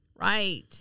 Right